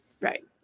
Right